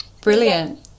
brilliant